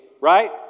right